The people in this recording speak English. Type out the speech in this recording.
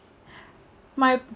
my